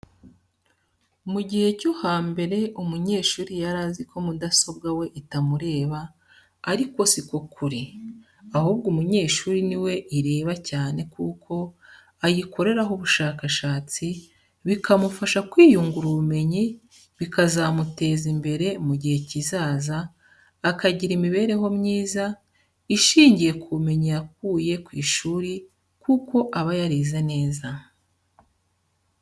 Mu gihe cyo hambere umunyeshuri yari azi ko mudasobwa we itamureba ariko si ko kuri, ahubwo umunyeshuri ni we ireba cyane kuko ayikoreraho ubushakashatsi, bikamufasha kwiyungura ubumenyi bikazamuteza imbere mu gihe kizaza akagira imibereho myiza, ishingiye ku bumenyi yakuye ku ishuri kuko aba yarize neza.